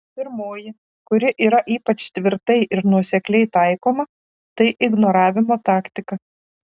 pirmoji kuri yra ypač tvirtai ir nuosekliai taikoma tai ignoravimo taktika